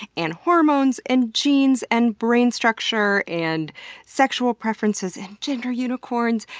and hormones, and genes, and brain structure, and sexual preferences, and gender unicorns,